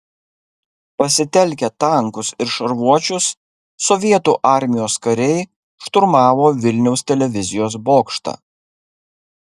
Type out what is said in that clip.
pasitelkę tankus ir šarvuočius sovietų armijos kariai šturmavo vilniaus televizijos bokštą